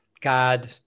God